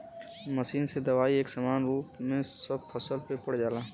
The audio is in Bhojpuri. मशीन से दवाई एक समान रूप में सब फसल पे पड़ जाला